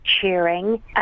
cheering